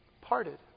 parted